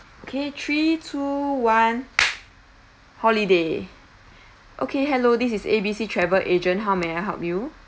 okay three two one holiday okay hello this is A B C travel agent how may I help you